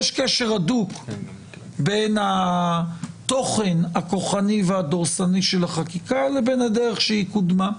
יש קשר הדוק בין התוכן הכוחני והדורסני של החקיקה לבין הדרך שהיא קודמה.